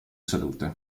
salute